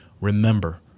remember